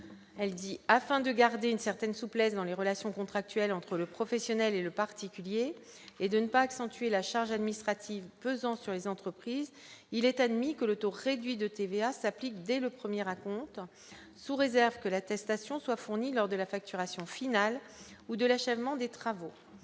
elle dit, afin de garder une certaine souplesse dans les relations contractuelles entre les professionnels et le particulier et de ne pas accentuer la charge administrative pesant sur les entreprises, il est admis que le taux réduit de TVA s'applique dès le 1er raconte, sous réserve que l'attestation soit fournis lors de la facturation finale ou de l'achèvement des travaux,